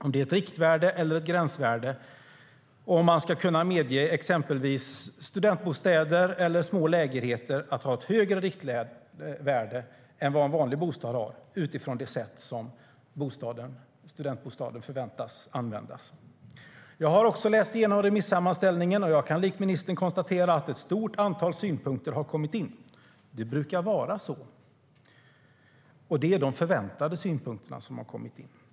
Är det ett riktvärde eller ett gränsvärde, och ska man kunna medge att exempelvis studentbostäder eller små lägenheter har ett högre riktvärde än vad en vanlig bostad har utifrån det sätt som studentbostaden förväntas användas? Jag har också läst igenom remissammanställningen. Jag kan likt ministern konstatera att ett stort antal synpunkter har kommit in. Det brukar vara så. Det är de förväntade synpunkterna som har kommit in.